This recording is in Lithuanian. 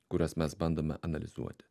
kuriuos mes bandome analizuoti